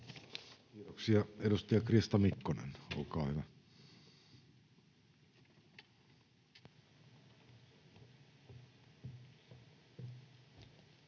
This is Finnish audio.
Kiitoksia. — Edustaja Krista Mikkonen, olkaa hyvä.